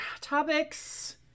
topics